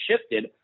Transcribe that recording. shifted